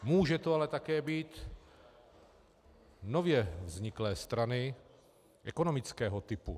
Můžou to ale také být nově vzniklé strany ekonomického typu.